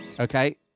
Okay